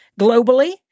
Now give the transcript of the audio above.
globally